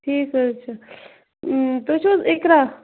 ٹھیٖک حظ چھُ تُہۍ چھِو حظ اِقرا